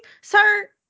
Sir